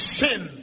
sin